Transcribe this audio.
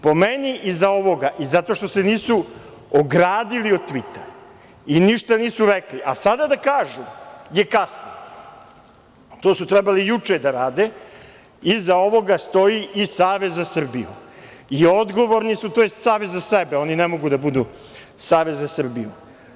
Po meni, iza ovoga, zato što se nisu ogradili od tvita i ništa nisu rekli, a sada da kažu je kasno, to su trebali juče da rade, iza ovoga stoji i Savez za Srbiju i odgovorni su, tj. savez za sebe, oni ne mogu da budu Savez za Srbiju.